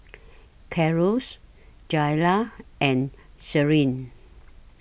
Carlos Jaylah and Shirlene